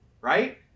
Right